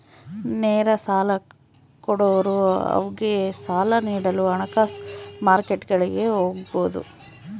ನೇರ ಸಾಲ ಕೊಡೋರು ಅವ್ನಿಗೆ ಸಾಲ ನೀಡಲು ಹಣಕಾಸು ಮಾರ್ಕೆಟ್ಗುಳಿಗೆ ಹೋಗಬೊದು